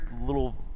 Little